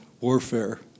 warfare